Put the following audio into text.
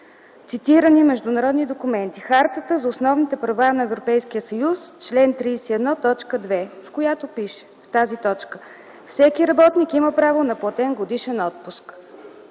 Цитирани международни документи: Хартата за основните права на Европейския съюз – чл. 31, т. 2, в която пише: „Всеки работник има право на платен годишен отпуск.”